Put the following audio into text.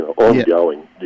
ongoing